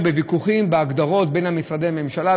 בוויכוחים ובהגדרות בין משרדי הממשלה.